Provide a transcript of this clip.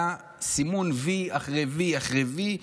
היה סימון וי אחרי וי אחרי וי,